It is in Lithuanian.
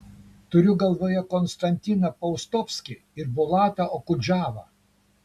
turiu galvoje konstantiną paustovskį ir bulatą okudžavą